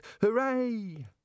Hooray